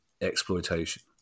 exploitation